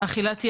אכילת יתר,